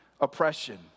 oppression